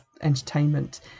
entertainment